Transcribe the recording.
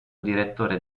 direttore